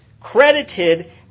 credited